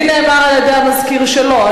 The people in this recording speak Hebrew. לי נאמר על-ידי המזכיר שלא.